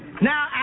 Now